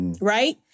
Right